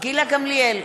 גילה גמליאל,